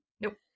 Nope